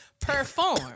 Perform